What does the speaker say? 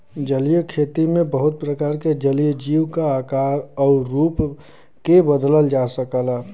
जलीय खेती में बहुत प्रकार के जलीय जीव क आकार आउर रूप के बदलल जा सकला